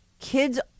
kids